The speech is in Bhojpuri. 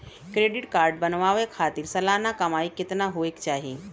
क्रेडिट कार्ड बनवावे खातिर सालाना कमाई कितना होए के चाही?